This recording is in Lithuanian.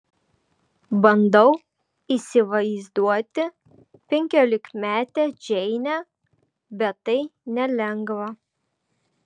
bandau įsivaizduoti penkiolikmetę džeinę bet tai nelengva